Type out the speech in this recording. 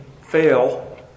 fail